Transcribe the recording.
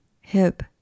hip